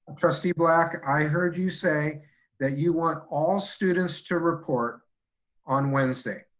trustee black, i heard you say that you want all students to report on wednesday.